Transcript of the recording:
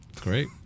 Great